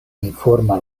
informa